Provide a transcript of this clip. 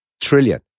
trillion